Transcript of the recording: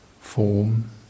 form